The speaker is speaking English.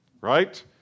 right